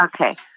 Okay